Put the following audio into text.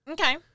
Okay